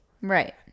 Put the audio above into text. Right